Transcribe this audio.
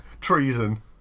Treason